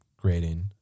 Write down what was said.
grading